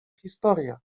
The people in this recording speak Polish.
historia